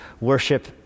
worship